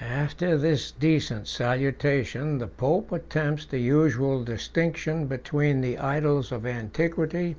after this decent salutation, the pope attempts the usual distinction between the idols of antiquity